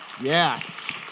yes